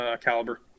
caliber